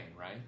right